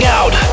out